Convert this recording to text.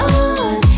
on